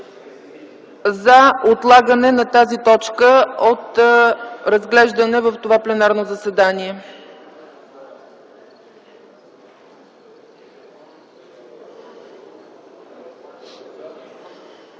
за отлагане на тази точка от разглеждане на това пленарно заседание.